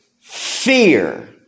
fear